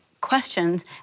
questions